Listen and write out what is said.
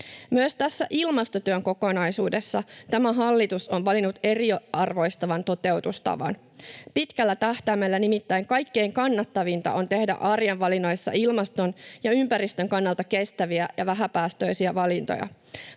Myös tässä ilmastotyön kokonaisuudessa tämä hallitus on valinnut eriarvoistavan toteutustavan. Pitkällä tähtäimellä nimittäin kaikkein kannattavinta on tehdä arjen valinnoissa ilmaston ja ympäristön kannalta kestäviä ja vähäpäästöisiä valintoja.